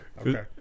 Okay